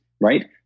right